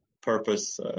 purpose